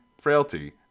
frailty